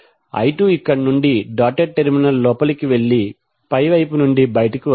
I2 ఇక్కడి నుండి dotted terminal లోపలికి వెళ్లి పై వైపు నుండి బయటకు వస్తుంది